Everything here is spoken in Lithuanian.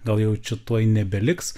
gal jau čia tuoj nebeliks